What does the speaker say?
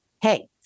Hey